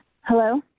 Hello